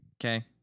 Okay